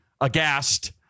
aghast